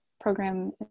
program